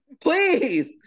Please